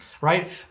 right